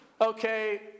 Okay